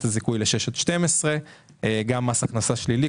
הזיכוי לגילאי 6 עד 12. יהיה גם מס הכנסה שלילי,